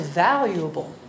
valuable